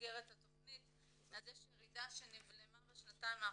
במסגרת התכנית יש ירידה שנבלמה בשנתיים האחרונות,